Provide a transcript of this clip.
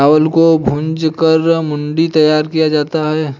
चावल को भूंज कर मूढ़ी तैयार किया जाता है